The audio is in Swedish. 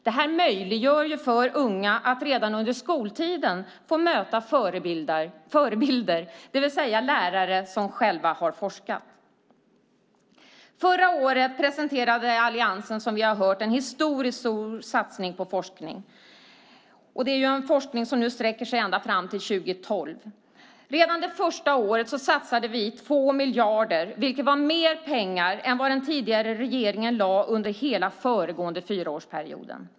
Detta möjliggör för unga att redan under skoltiden möta förebilder, det vill säga lärare som själva har forskat. Förra året presenterade, som vi har hört, alliansen en historiskt stor satsning på forskning. Det är en forskning som sträcker sig ända fram till år 2012. Redan det första året satsade vi 2 miljarder, vilket var mer pengar än vad den föregående regeringen avsatte under hela den föregående fyraårsperioden.